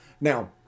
Now